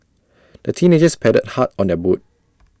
the teenagers paddled hard on their boat